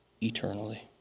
eternally